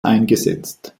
eingesetzt